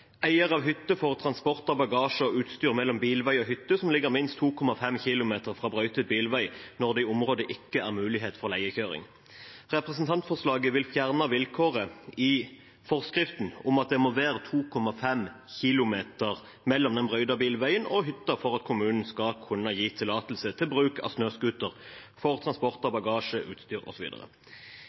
«eier av hytte for transport av bagasje og utstyr mellom bilveg og hytte som ligger minst 2,5 km fra brøytet bilveg når det i området ikke er mulighet for leiekjøring». Representantforslaget vil fjerne vilkåret i forskriften om at det må være 2,5 km mellom den brøytede bilvegen og hytta for at kommunen skal kunne gi tillatelse til bruk av snøscooter for transport av bagasje og utstyr